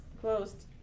closed